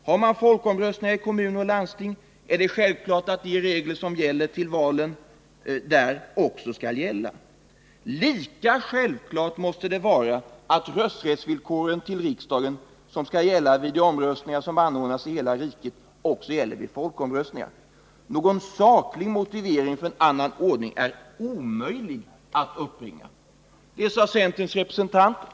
Har man folkomröstningar i kommuner och landsting, är det självklart att det är de regler som finns vid valen till dessa organ som skall gälla. Lika självklart måste det vara att det är villkoren för rösträtt vid riksdagsval som skall gälla vid de omröstningar som anordnas i hela riket. Någon saklig motivering för en annan ordning är omöjlig att uppbringa.” Det sade centerns representant.